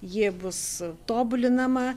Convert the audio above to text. ji bus tobulinama